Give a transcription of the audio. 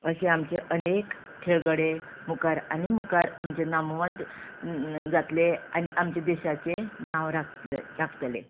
अशें आमचें अनेक खेळगडे मुखार आनी मुखार आमचें नामवंत जातलें आनी आमच्या देशाचें नांव राखतलें